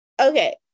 Okay